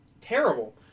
terrible